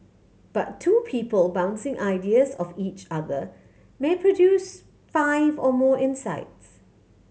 but two people bouncing ideas off each other may produce five or more insights